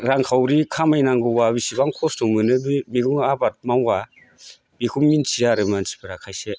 रांखावरि खामायनांगौब्ला बेसेबां खस्थ' मोनो मैगं आबाद मावब्ला बेखौ मिथिया आरो मानसिफ्रा खायसे